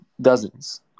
dozens